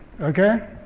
Okay